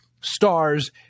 stars